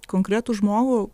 konkretų žmogų